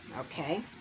Okay